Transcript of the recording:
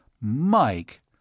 Mike